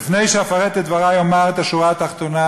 ולפני שאפרט את דברי אומר את השורה התחתונה